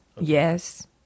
Yes